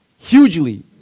Hugely